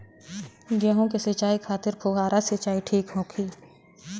गेहूँ के सिंचाई खातिर फुहारा सिंचाई ठीक होखि?